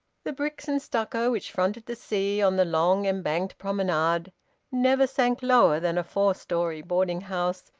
the bricks and stucco which fronted the sea on the long embanked promenade never sank lower than a four-storey boarding-house,